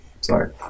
Sorry